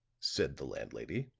said the landlady.